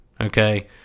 okay